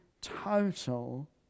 total